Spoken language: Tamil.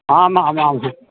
ஆமாம் ஆமாம் ஆமாம்